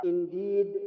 Indeed